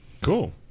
Cool